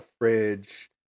fridge